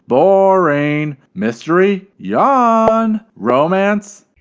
boring. mystery. yawn. romance.